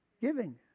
Giving